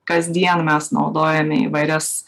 kasdien mes naudojame įvairias